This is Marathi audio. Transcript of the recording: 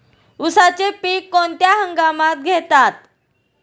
उसाचे पीक कोणत्या हंगामात घेतात?